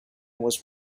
was